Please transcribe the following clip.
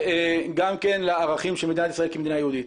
וגם כן לערכים של מדינת ישראל כמדינה יהודית.